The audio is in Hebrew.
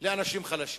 לאנשים חלשים.